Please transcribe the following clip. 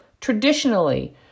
traditionally